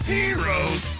Heroes